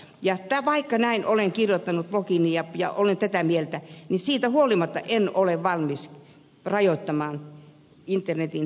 vaikka näin olen kirjoittanut blogiini ja olen tätä mieltä niin siitä huolimatta en ole valmis rajoittamaan internetin sananvapautta